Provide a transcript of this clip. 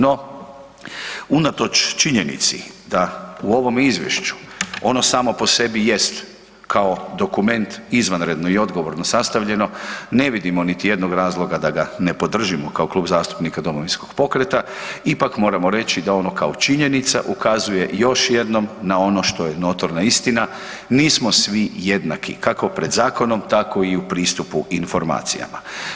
No, unatoč činjenici da u ovom izvješću ono samo po sebi jest kao dokument izvanredno i odgovorno sastavljeno, ne vidimo niti jednog razloga da ga ne podržimo kao Klub zastupnika Domovinskog pokreta, ipak moramo reći da ono kao činjenica ukazuje još jednom na ono to je notorna istina, nismo svi jednaki kako pred zakonom tako i u pristupu informacijama.